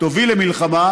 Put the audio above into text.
תוביל למלחמה,